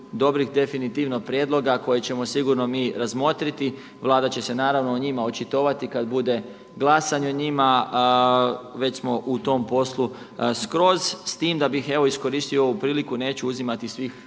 dobrih definitivno prijedloga koje ćemo sigurno mi razmotriti. Vlada će se naravno o njima očitovati kad bude glasanje o njima. Već smo u tom poslu skroz s time da bih evo iskoristio ovu priliku, neću uzimati svih